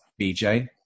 BJ